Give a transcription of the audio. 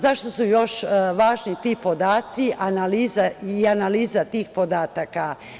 Zašto su važni ti podaci i analize tih podataka?